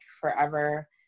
forever